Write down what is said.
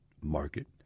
market